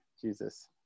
Jesus